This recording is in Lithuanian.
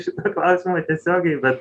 šito klausimo tiesiogiai bet